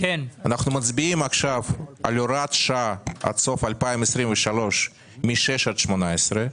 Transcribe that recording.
אנחנו מצביעים עכשיו על הוראת שעה עד סוף 2023 מ-6 עד 18,